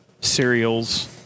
cereals